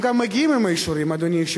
הם מגיעים עם האישורים ממדינות המוצא,